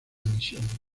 emisión